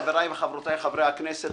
חבריי וחברותיי חברי הכנסת,